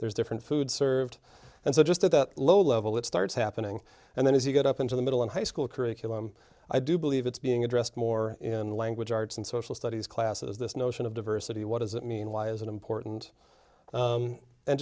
there's different food served and so just at the low level it starts happening and then as you get up into the middle and high school curriculum i do believe it's being addressed more in language arts and social studies classes this notion of diversity what does that mean why is it important